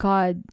God